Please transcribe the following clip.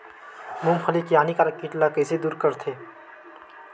मूंगफली के हानिकारक कीट ला कइसे दूर करथे?